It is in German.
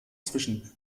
zwischen